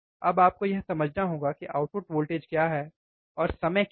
अब आपको यह समझना होगा कि आउटपुट वोल्टेज क्या है और समय क्या है